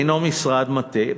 הנו משרד מטה,